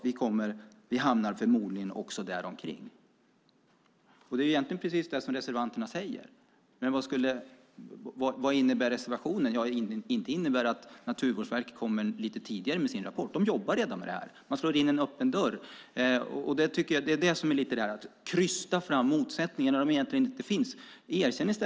Vi hamnar förmodligen också däromkring." Det är egentligen detsamma som reservanterna säger. Vad innebär då reservationen? Den innebär inte att Naturvårdsverket kommer lite tidigare med sin rapport. Verket jobbar redan med detta. Reservanterna slår in en öppen dörr. Det är att krysta fram motsättningar där de egentligen inte finns.